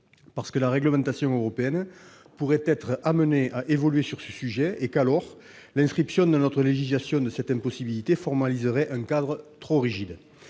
la loi. La réglementation européenne pourrait évoluer sur ce sujet et l'inscription dans notre législation de cette impossibilité formaliserait un cadre trop rigide.